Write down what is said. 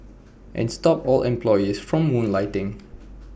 and stop all employees from moonlighting